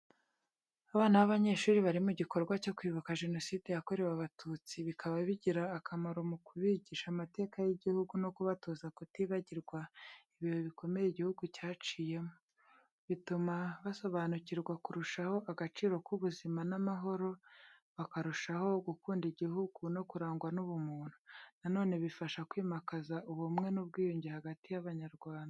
Abana b’abanyeshuri bari mu gikorwa cyo kwibuka Jenoside yakorewe Abatutsi, bikaba bigira akamaro mu kubigisha amateka y’igihugu no kubatoza kutibagirwa ibihe bikomeye igihugu cyaciyemo. Bituma basobanukirwa kurushaho agaciro k’ubuzima n’amahoro, bakarushaho gukunda igihugu no kurangwa n’ubumuntu. Na none bifasha kwimakaza ubumwe n’ubwiyunge hagati y’Abanyarwanda.